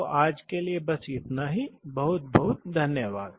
तो आज के लिए बस इतना ही बहुत बहुत धन्यवाद